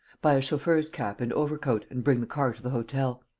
buy a chauffeur's cap and overcoat and bring the car to the hotel.